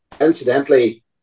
incidentally